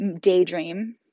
daydream